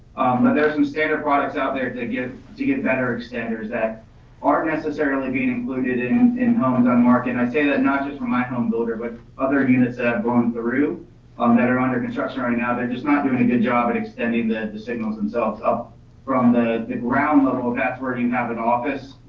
and there's some standard products out there to get to get better extenders that aren't necessarily being included in in homes on market and i say that not just for my home builder, but other and units going through um that are under construction right now. they're just not doing a good job at extending the signals themselves up from the the ground level. that's where you have an office,